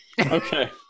Okay